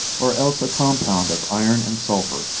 or else a compound of iron and sulphur,